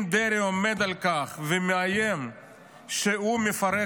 אם דרעי עומד על כך ומאיים שהוא מפרק